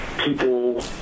people